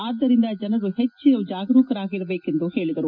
ಆದ್ದರಿಂದ ಜನರು ಹೆಚ್ಚಿನ ಜಾಗರೂಕರಾಗಿರಬೇಕು ಎಂದು ಹೇಳಿದರು